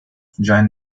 join